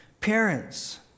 Parents